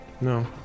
No